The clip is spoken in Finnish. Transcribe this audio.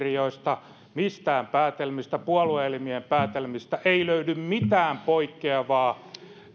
eduskuntaryhmän pöytäkirjoista tai mistään puolue elimien päätelmistä ei löydy mitään poikkeavaa